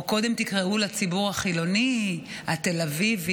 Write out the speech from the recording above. או: קודם תקראו לציבור החילוני התל-אביבי.